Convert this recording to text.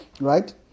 Right